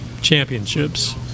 championships